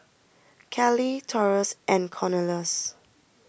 Cali Taurus and Cornelious